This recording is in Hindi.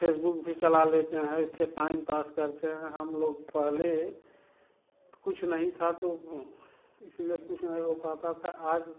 फेसबुक भी चला लेते हैं ऐसे टाइम पास करते हैं हम लोग पहले कुछ नहीं था तो इसलिए कुछ नहीं वो पाता था आज